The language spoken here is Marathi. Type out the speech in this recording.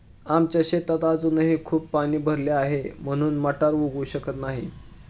आमच्या शेतात अजूनही खूप पाणी भरले आहे, म्हणून मटार उगवू शकत नाही